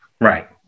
Right